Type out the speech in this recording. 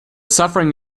suffering